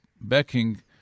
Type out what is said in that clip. backing